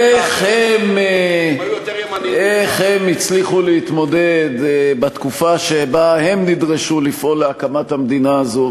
איך הם הצליחו להתמודד בתקופה שבה הם נדרשו לפעול להקמת המדינה הזו,